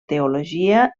teologia